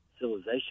civilization